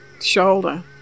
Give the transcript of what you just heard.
shoulder